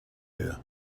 here